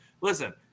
listen